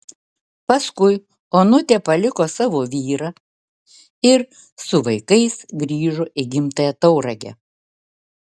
paskui onutė paliko savo vyrą ir su vaikais grįžo į gimtąją tauragę